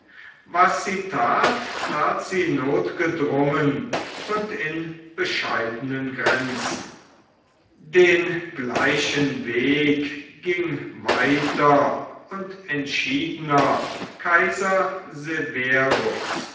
was sie tat tat sie notgedrungen und in bescheidenen grenzen den gleichen weg ging weiter und entschiedener kaiser